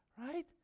Right